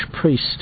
priest